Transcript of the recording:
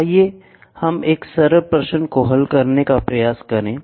तो आइए हम एक सरल प्रश्न को हल करने का प्रयास करें